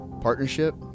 partnership